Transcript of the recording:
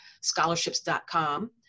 scholarships.com